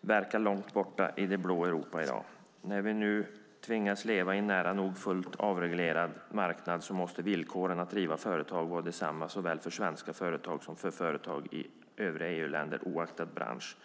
verkar vara långt borta i det blå Europa som finns i dag. När vi nu tvingas leva i en nära nog fullt avreglerad marknad måste villkoren att driva företag vara desamma såväl för svenska företag som för företag i övriga EU-länder oaktat bransch.